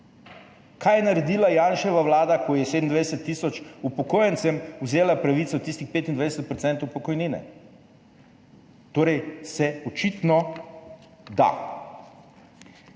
Kaj je naredila Janševa vlada, ko je 27 tisoč upokojencem vzela pravico tistih 25 % pokojnine? Torej se očitno da.